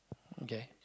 okay